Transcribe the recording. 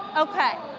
okay,